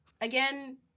Again